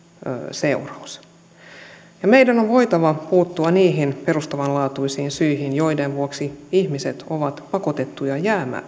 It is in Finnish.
seuraus meidän on voitava puuttua niihin perustavanlaatuisiin syihin joiden vuoksi ihmiset ovat pakotettuja